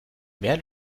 mehr